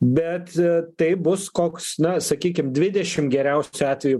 bet tai bus koks na sakykim dvidešim geriausiu atveju